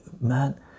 man